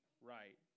right